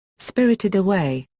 spirited away.